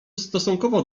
stosunkowo